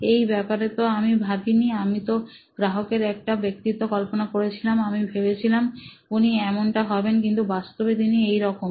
এই ব্যাপারে তো আমি ভাবি নি আমিতো গ্রাহকের একটা ব্যক্তিত্ব কল্পনা করেছিলাম আমি ভেবেছিলাম উনি এমন টা হবেন কিন্তু বাস্তবে তিনি এইরকম